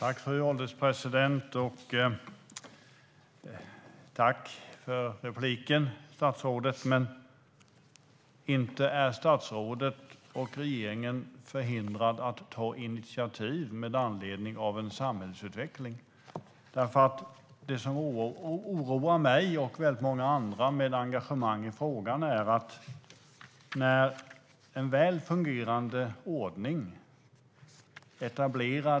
Fru ålderspresident! Jag tackar statsrådet för inlägget, men inte är statsrådet och regeringen förhindrade att ta initiativ med anledning av en samhällsutveckling. Det som oroar mig och många andra med engagemang i frågan är att en väl fungerande ordning överprövas.